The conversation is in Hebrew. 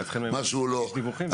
הם היו צריכים להגיש דיווחים.